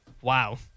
Wow